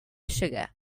sugar